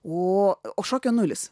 o o šokio nulis